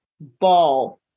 ball